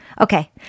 Okay